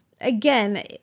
Again